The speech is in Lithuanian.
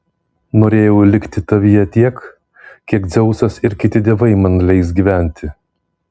norėjau likti tavyje tiek kiek dzeusas ir kiti dievai man leis gyventi